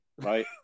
right